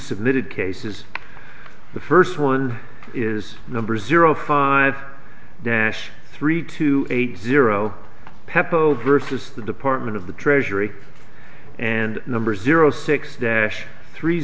submitted cases the first one is number zero five dash three two eight zero peple versus the department of the treasury and number zero six dash three